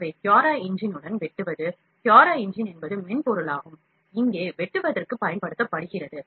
எனவே Cura Engine உடன் வெட்டுவது Cura Engine என்பது மென்பொருளாகும் இங்கே வெட்டுவதற்கு பயன்படுத்தப்படுகிறது